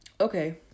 Okay